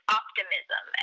optimism